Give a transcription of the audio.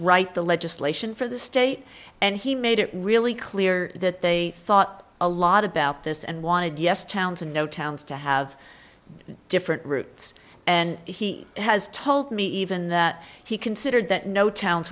write the legislation for the state and he made it really clear that they thought a lot about this and wanted us town to know towns to have different routes and he has told me even that he considered that no towns